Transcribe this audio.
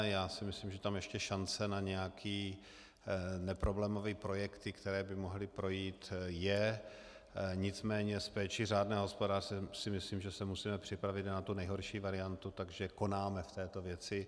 Já si myslím, že tam ještě šance na nějaké neproblémové projekty, které by mohly projít, je, nicméně s péčí řádného hospodáře si myslím, že se musíme připravit i na tu nejhorší variantu, takže konáme v této věci.